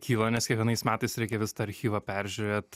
kyla nes kiekvienais metais reikia vis tą archyvą peržiūrėt